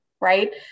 right